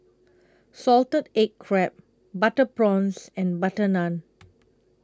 Salted Egg Crab Butter Prawns and Butter Naan